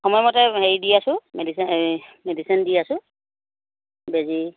সময়মতে হেৰি দি আছোঁ মেডিচাই মেডিচিন দি আছোঁ বেজি